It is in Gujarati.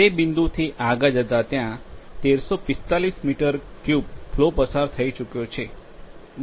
તે બિંદુથી આગળ ત્યાં 1345 મીટર ક્યુબ ફ્લો પસાર થઈ ચૂક્યો છે